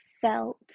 felt